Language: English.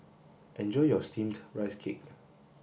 enjoy your steamed rice cake